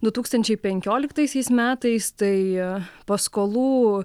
du tūkstančiai penkioliktaisiais metais tai paskolų